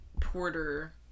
porter